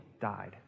died